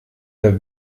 der